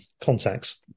contacts